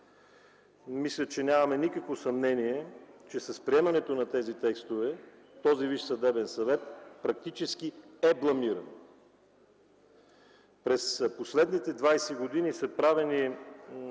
Мисля, че нямаме никакво съмнение, че с приемането на тези текстове, този Висш съдебен съвет практически е бламиран. През последните 20 години са правени